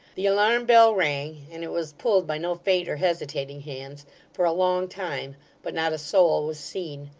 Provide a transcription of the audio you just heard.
the alarm-bell rang and it was pulled by no faint or hesitating hands for a long time but not a soul was seen.